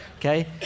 Okay